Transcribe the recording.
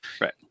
Right